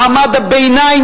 מעמד הביניים,